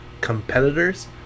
Competitors